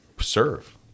serve